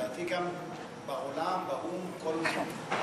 לדעתי גם בעולם, באו"ם, בכל מקום.